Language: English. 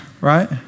Right